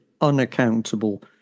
unaccountable